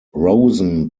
rosen